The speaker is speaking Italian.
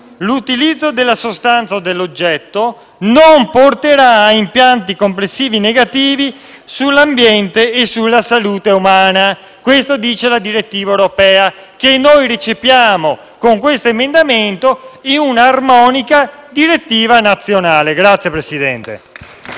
«l'utilizzo della sostanza o dell'oggetto non porterà a impatti complessivi negativi sull'ambiente o sulla salute umana». Questo prevede la normativa europea, che noi recepiamo con questo emendamento in un'armonica normativa nazionale. *(Applausi